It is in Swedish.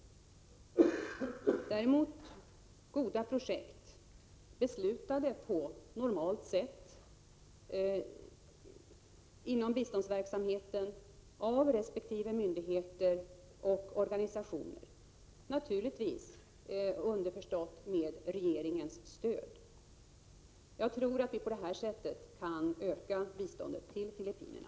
Däremot är det viktigt med goda projekt, beslutade på normalt sätt inom biståndsverksamheten av resp. myndigheter och organisationer, underförstått med regeringens stöd, naturligtvis. Jag tror att vi på det sättet kan öka biståndet till Filippinerna.